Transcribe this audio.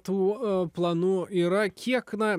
tų planų yra kiek na